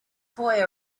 boy